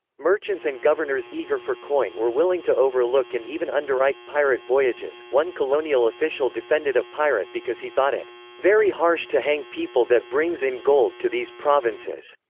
merchants and governors eager for coin were willing to overlook and even underwrite pirate voyages one colonial official defended a pirate because he thought it very harsh to hang people that brings in gold to these provinces.